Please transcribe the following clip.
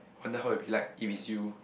wonder how it be like if it's you